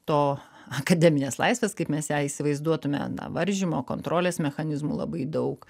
to akademinės laisvės kaip mes ją įsivaizduotume na varžymo kontrolės mechanizmų labai daug